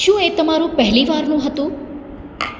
શું એ તમારું પહેલી વારનું હતું